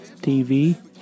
TV